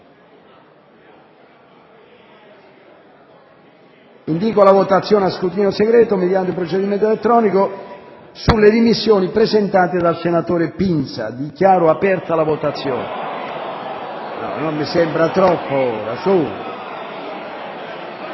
Indíco la votazione a scrutinio segreto, mediante procedimento elettronico, sulle dimissioni presentate dal senatore Pinza. Dichiaro aperta la votazione. *(Segue la votazione).*